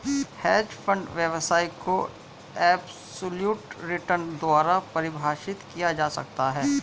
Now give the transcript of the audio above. hedge fund व्यवसाय को absolute return द्वारा परिभाषित किया जा सकता है